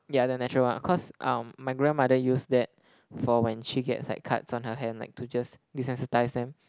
yeah the natural one cause um my grandmother use that for when she get like cuts on her hand like to just desensitize them